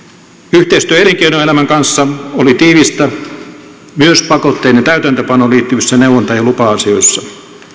yhteistyö elinkeinoelämän kanssa oli tiivistä myös pakotteiden täytäntöönpanoon liittyvissä neuvonta ja lupa asioissa